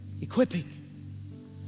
equipping